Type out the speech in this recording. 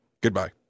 Goodbye